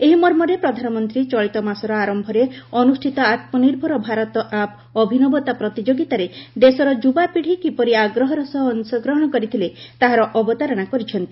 ଏହି ମର୍ମରେ ପ୍ରଧାନମନ୍ତ୍ରୀ ଚଳିତ ମାସର ଆରମ୍ଭରେ ଅନୁଷ୍ଠିତ ଆତ୍ମନିର୍ଭର ଭାରତ ଆପ୍ ଅଭିନବତା ପ୍ରତିଯୋଗିତାରେ ଦେଶର ଯୁବାପିଢ଼ି କିପରି ଆଗ୍ରହର ସହ ଅଂଶଗ୍ରହଣ କରିଥିଲେ ତାହାର ଅବତାରଣା କରିଛନ୍ତି